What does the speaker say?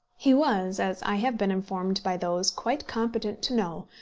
he was, as i have been informed by those quite competent to know,